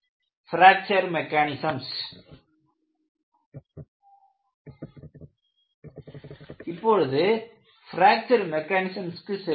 fracture mechanisms இப்பொழுது fracture மெக்கானிசம்ஸம்க்கு செல்வோம்